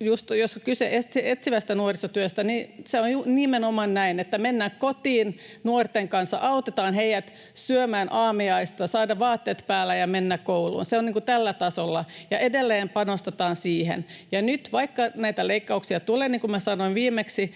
on kyse etsivästä nuorisotyöstä, niin se on nimenomaan näin, että mennään kotiin nuorten kanssa ja autetaan heitä syömään aamiaista, saamaan vaatteet päälle ja menemään kouluun. Se on tällä tasolla, ja edelleen panostetaan siihen. Ja nyt, vaikka näitä leikkauksia tulee, niin kuin minä sanoin viimeksi,